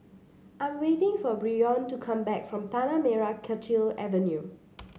I am waiting for Bryon to come back from Tanah Merah Kechil Avenue